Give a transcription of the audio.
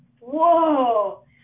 Whoa